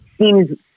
seems